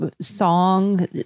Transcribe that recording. Song